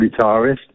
guitarist